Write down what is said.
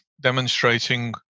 demonstrating